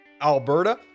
Alberta